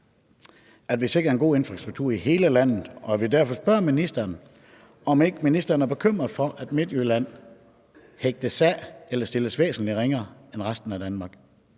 at vi sikrer en god infrastruktur i hele landet, og at vi derfor spørger ministeren, om ikke ministeren er bekymret for, at Midtjylland hægtes af eller stilles væsentlig ringere end resten af Danmark.